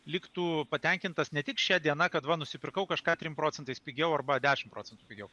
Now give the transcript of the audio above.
liktų patenkintas ne tik šia diena kad va nusipirkau kažką trim procentais pigiau arba dešim procentų pigiau